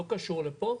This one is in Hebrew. לא קשור לפה,